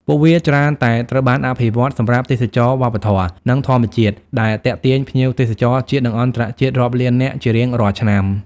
ពួកវាច្រើនតែត្រូវបានអភិវឌ្ឍសម្រាប់ទេសចរណ៍វប្បធម៌ និងធម្មជាតិ ដែលទាក់ទាញភ្ញៀវទេសចរជាតិ និងអន្តរជាតិរាប់លាននាក់ជារៀងរាល់ឆ្នាំ។